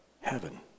Heaven